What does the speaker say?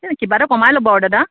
এই কিবা এটা কমাই ল'ব আৰু দাদা